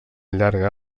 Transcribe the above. llarga